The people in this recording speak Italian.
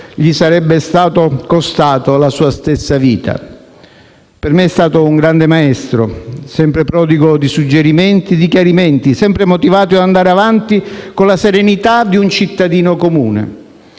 gli sarebbe costato la sua stessa vita. Per me è stato un grande maestro, sempre prodigo di suggerimenti e chiarimenti, sempre motivato ad andare avanti con la serenità di un cittadino comune.